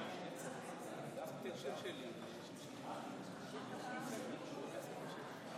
עברה בקריאה טרומית ותעבור לוועדת החוקה,